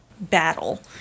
Battle